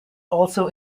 also